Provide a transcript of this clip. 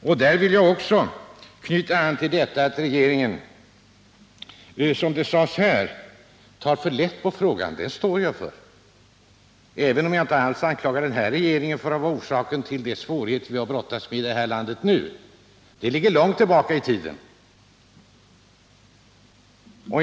Därför vill jag också knyta an till detta att regeringen, som det sades här, tar för lätt på frågan. Det står jag för, även om jag inte alls anklagar denna regering för att vara orsaken till de svårigheter vi har att brottas med i detta land nu. Det ligger långt tillbaka i tiden.